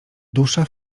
dusza